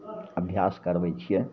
अभ्यास करबय छियै